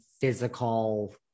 physical